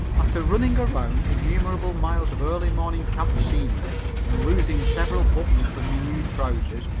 after running around innumerable miles of early morning camp scenery and losing several buttons from your new trousers,